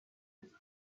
its